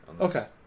Okay